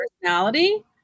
personality